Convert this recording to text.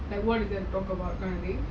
like what you can talk about it